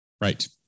Right